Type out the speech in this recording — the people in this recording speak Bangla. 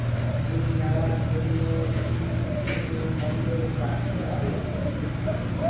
ঋণ নেওয়ার জন্য কি কিছু বন্ধক রাখতে হবে?